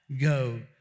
go